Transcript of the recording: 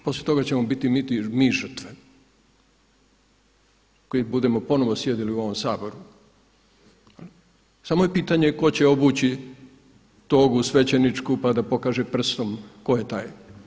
Ne, poslije toga ćemo mi biti žrtve koji budemo ponovo sjedili u ovome Saboru, samo je pitanje tko će obući togu svećeničku pa da pokaže prstom tko je taj.